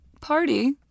party